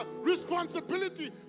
responsibility